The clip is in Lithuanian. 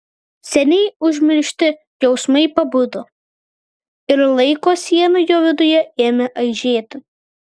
seniai užmiršti jausmai pabudo ir laiko siena jo viduje ėmė aižėti